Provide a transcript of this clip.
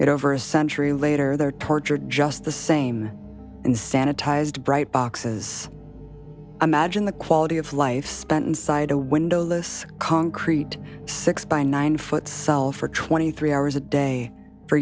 it over a century later their torture just the same in sanitized bright boxes imagine the quality of life spent inside a windowless concrete six by nine foot cell for twenty three hours a day for